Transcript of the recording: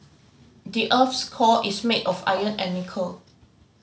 the earth's core is made of iron and nickel